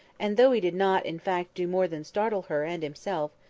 and though he did not, in fact, do more than startle her and himself,